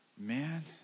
man